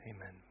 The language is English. amen